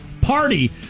party